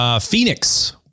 Phoenix